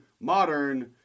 modern